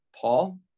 Paul